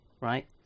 right